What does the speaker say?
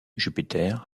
jupiter